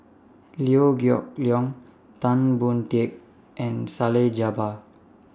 Liew Geok Leong Tan Boon Teik and Salleh Japar